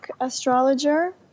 astrologer